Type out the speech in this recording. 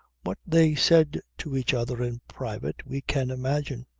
what they said to each other in private we can imagine.